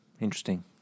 Interesting